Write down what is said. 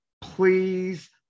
Please